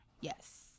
Yes